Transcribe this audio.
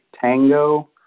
Tango